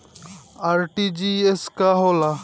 RTGS का होला?